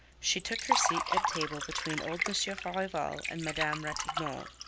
she took her seat at table between old monsieur farival and madame ratignolle.